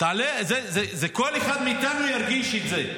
וכל אחד מאיתנו ירגיש את זה.